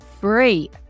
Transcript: free